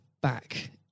back